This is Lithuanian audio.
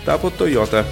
tapo toyota